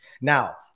Now